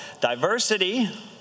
Diversity